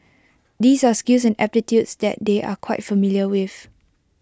these are skills and aptitudes that they are quite familiar with